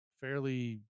fairly